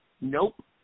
nope